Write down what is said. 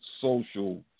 social